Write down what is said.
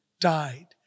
died